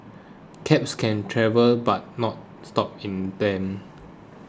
cabs can travel but not stop in them